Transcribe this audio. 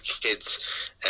kids